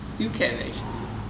still can actually